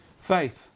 faith